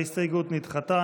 ההסתייגות נדחתה.